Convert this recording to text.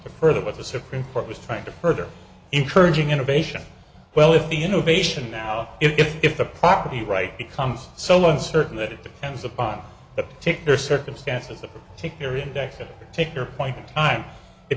further what the supreme court was trying to hurt or encouraging innovation well if the innovation now if the property right becomes so uncertain that it depends upon the particular circumstances that take their index take their point in time it